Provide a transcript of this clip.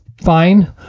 fine